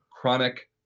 chronic